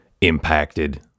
impacted